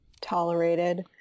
tolerated